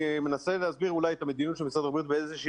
אני מנסה להסביר אולי את המדיניות של משרד הבריאות באיזושהי